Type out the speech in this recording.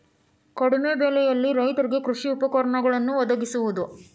ಕಡಿಮೆ ಬೆಲೆಯಲ್ಲಿ ರೈತರಿಗೆ ಕೃಷಿ ಉಪಕರಣಗಳನ್ನು ವದಗಿಸುವದು